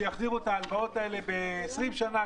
שיחזירו את ההלוואות האלה ב-20 שנים,